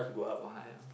go high up